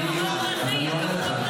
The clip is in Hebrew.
אז אני אומר לך,